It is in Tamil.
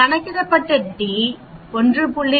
கணக்கிடப்பட்ட t 1